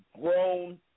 grown